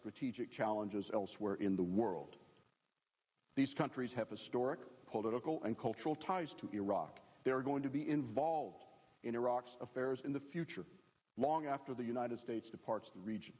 teacher challenges elsewhere in the world these countries have historic political and cultural ties to iraq they're going to be involved in iraq's affairs in the future long after the united states departs the region